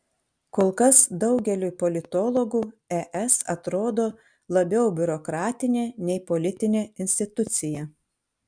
kol kas daugeliui politologų es atrodo labiau biurokratinė nei politinė institucija